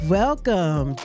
welcome